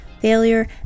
failure